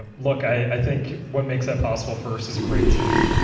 ah look, i think what makes that possible first is a great team.